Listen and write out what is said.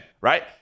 right